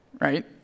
Right